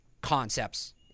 concepts